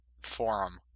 forum